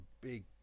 big